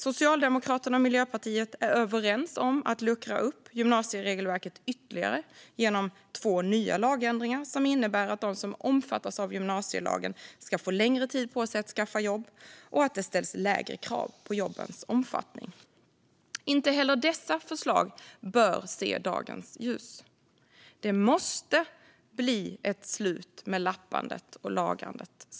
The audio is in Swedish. Socialdemokraterna och Sverigedemokraterna är överens om att luckra upp gymnasieregelverket ytterligare genom två nya lagändringar som innebär att de som omfattas av gymnasielagen ska få längre tid på sig att skaffa jobb och att det ställs lägre krav på jobbens omfattning. Inte heller dessa förslag bör se dagens ljus. Det måste bli ett slut på lappandet och lagandet.